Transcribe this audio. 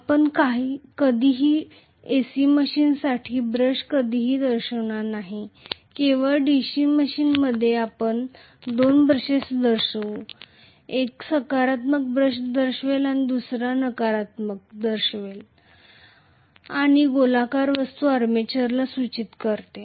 आपण कधीही AC मशीनसाठी ब्रश कधीही दर्शविणार नाही केवळ DC मशीनसाठी आपण दोन ब्रशेस दर्शवू एक सकारात्मक ब्रश दर्शवेल आणि दुसरा एक नकारात्मक ब्रश दर्शवेल आणि गोलाकार वस्तू आर्मेचरला सूचित करते